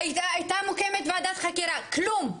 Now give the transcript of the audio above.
והייתה מוקמת ועדת חקירה כלום.